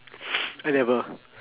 I never